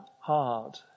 hard